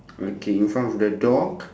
okay in front of the door